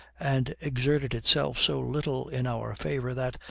and exerted itself so little in our favor, that,